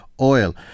oil